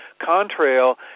Contrail